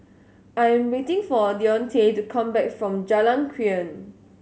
I am waiting for Deontae to come back from Jalan Krian